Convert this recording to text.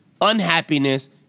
unhappiness